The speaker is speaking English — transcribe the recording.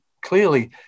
Clearly